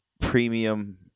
premium